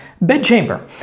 bedchamber